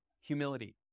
humility